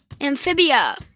Amphibia